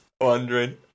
wondering